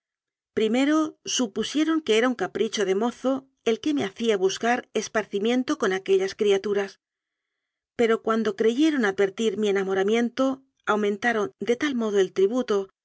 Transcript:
primero supusieron que era un capricho de mozo el que me hacía buscar esparcimiento con aque llas criaturas pero cuando creyeron advertir mi enamoramiento aumentaron de tal modo el